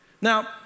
Now